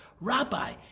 Rabbi